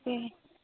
তাকে